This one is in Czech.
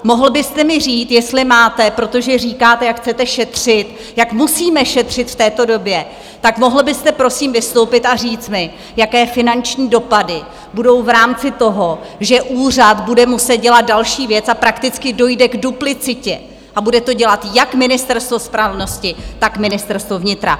Mohl byste mi říct, jestli máte, protože říkáte, jak chcete šetřit, jak musíme šetřit v této době, tak mohl byste prosím vystoupit a říct mi, jaké finanční dopady budou v rámci toho, že úřad bude muset dělat další věc a prakticky dojde k duplicitě a bude to dělat jak Ministerstvo spravedlnosti, tak Ministerstvo vnitra?